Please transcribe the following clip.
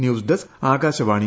news desk Akashvani